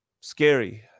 scary